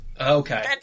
Okay